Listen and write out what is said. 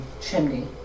chimney